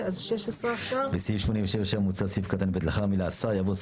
סעיף 87(2). מוצע סעיף קטן (א) לאחר המילה "מדף"